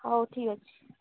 ହଉ ଠିକ୍ ଅଛି